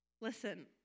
Listen